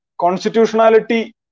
Constitutionality